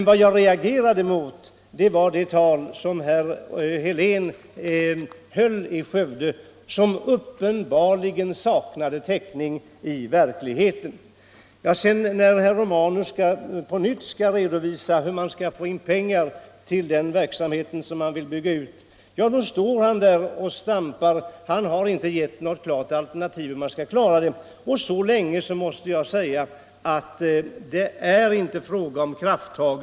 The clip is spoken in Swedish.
Vad jag reagerat mot var det tal som herr Helén höll i Skövde och som uppenbarligen saknade täckning i verkligheten. När sedan herr Romanus på nytt skall redovisa hur man skall få in pengar till den verksamhet man vill bygga ut, står han där och stampar. Han har inte givit något klart besked om hur man skall klara detta. Under sådana förhållanden måste jag säga att det inte är fråga om några krafttag.